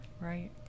right